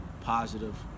positive